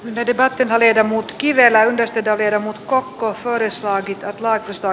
lebedeva venäjä ja muut kivelä yhdestä dave ja muut kokoustaessaan kikka laitista